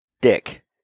Dick